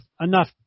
enough